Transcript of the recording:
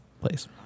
Please